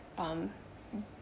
um b~